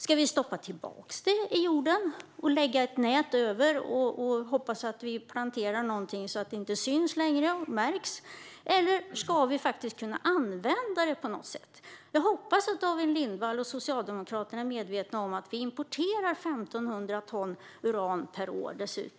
Ska vi stoppa tillbaka det i jorden, lägga ett nät över och hoppas att vi kan plantera något över så att det inte syns och märks längre? Eller ska vi faktiskt kunna använda det på något sätt? Jag hoppas att David Lindvall och Socialdemokraterna är medvetna om att vi dessutom importerar 1 500 ton uran per år.